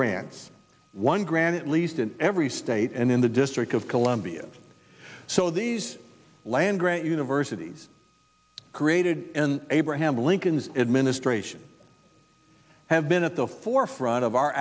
grants one granite least in every state and in the district of columbia so these land grant universities created in abraham lincoln's administration have been at the forefront of our